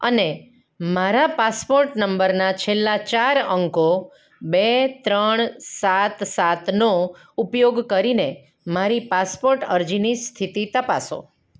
અને મારા પાસપોટ નંબરના છેલ્લા ચાર અંકો બે ત્રણ સાત સાતનો ઉપયોગ કરીને મારી પાસપોટ અરજીની સ્થિતિ તપાસો